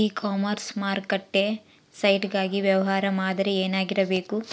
E commerce ಮಾರುಕಟ್ಟೆ site ಗಾಗಿ ವ್ಯವಹಾರ ಮಾದರಿ ಏನಾಗಿರಬೇಕು?